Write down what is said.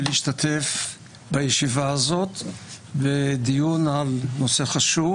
להשתתף בישיבה זו בדיון בנושא חשוב.